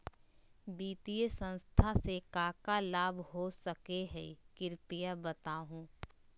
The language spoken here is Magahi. वित्तीय संस्था से का का लाभ हो सके हई कृपया बताहू?